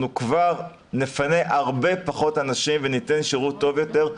כבר נפנה הרבה פחות אנשים וניתן שירות טוב יותר,